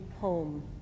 home